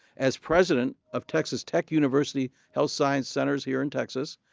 as president of texas tech university health science centers here in texas,